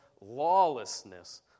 lawlessness